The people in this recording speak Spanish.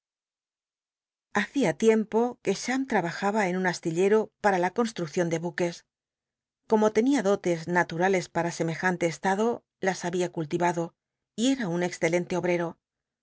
hacia tiempo que cbam ll'abajaba en un astillero para la conslmccion de buques como tenia dotes naturales para semejante estado las había cultivado y el'a un excelente obrero con